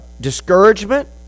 discouragement